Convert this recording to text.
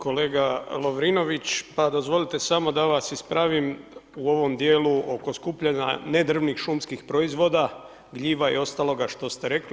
Kolega Lovrinović, pa dozvolite samo da vas ispravim u ovom dijelu oko skupljanja nedrevnih šumskih proizvoda, gljiva i ostaloga što ste rekli.